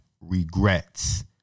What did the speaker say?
regrets